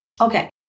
Okay